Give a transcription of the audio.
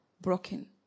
broken